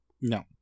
No